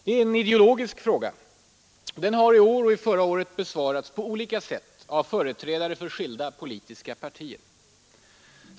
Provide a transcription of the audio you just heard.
Det är en ideologisk fråga, och den har i år och förra året besvarats på olika sätt av företrädare för skilda politiska partier.